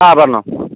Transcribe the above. ആ പറഞ്ഞോ